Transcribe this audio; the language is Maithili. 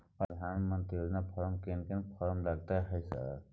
प्रधानमंत्री योजना फारम कोन कोन पेपर लगतै है सर?